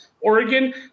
Oregon